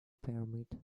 permit